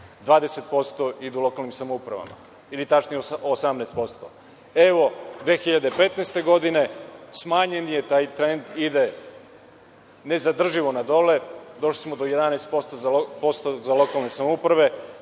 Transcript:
20% ide lokalnim samoupravama ili tačnije 18%. Godine 2015. smanjen je taj trend i ide nezadrživo na dole, došli smo do 11% za lokalne samouprave